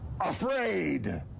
afraid